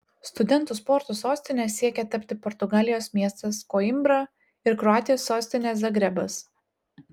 studentų sporto sostine siekia tapti portugalijos miestas koimbra ir kroatijos sostinė zagrebas